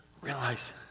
realize